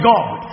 God